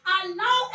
allow